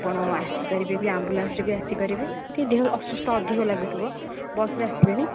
ଆପଣ ଆସି ପାରିବେ ବି ଆମ୍ବୁଲାନ୍ସରେ ବି ଆସି ପାରିବେ କିନ୍ତୁ ଦେହ ଅସୁସ୍ଥ ଅଧିକ ଲାଗୁଥିବ ବସ୍ରେ ଆସିବେନି